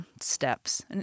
steps